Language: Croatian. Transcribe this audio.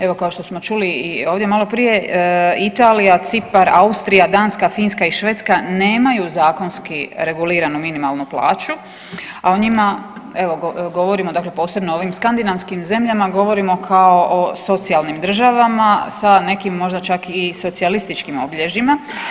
Evo kao što smo čuli i ovdje maloprije Italija, Cipar, Austrija, Danska, Finska i Švedska nemaju zakonski reguliranu minimalnu plaću, a o njima govorimo dakle posebno o ovim skandinavskim zemljama govorimo kao o socijalnim državama sa nekim možda čak i socijalističkim obilježjima.